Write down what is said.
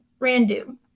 Randu